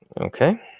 okay